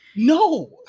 No